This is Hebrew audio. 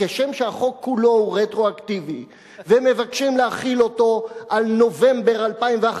כשם שהחוק כולו הוא רטרואקטיבי ומבקשים להחיל אותו מנובמבר 2011,